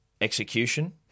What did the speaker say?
execution